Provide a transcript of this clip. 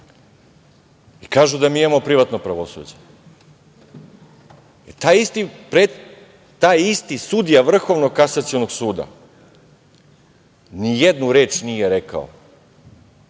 I kažu da mi imamo privatno pravosuđe. Taj isti sudija Vrhovnog kasacionog suda nijednu reč nije rekao